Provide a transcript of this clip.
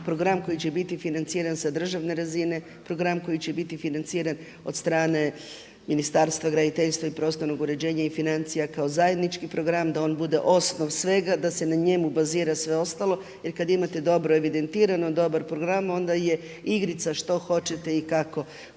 program, koji će biti financiran s državne razine, program koji će biti financiran od strane Ministarstva graditeljstva i prostornog uređenja i financija kao zajednički program, da on bude osnov svega, da se njemu bazira sve ostalo jer kad imate dobro evidentirano, dobar program, onda je igrica što hoćete i kako